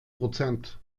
prozent